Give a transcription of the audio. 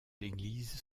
l’église